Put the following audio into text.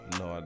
no